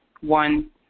one